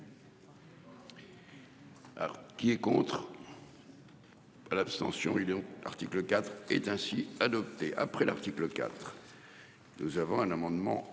Qui est contre. Ah l'abstention il article IV est ainsi adopté après l'article IV. Nous avons un amendement